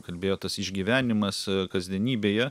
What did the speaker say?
kalbėjo tas išgyvenimas kasdienybėje